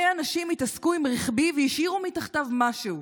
אנשים התעסקו עם רכבי והשאירו מתחתיו משהו.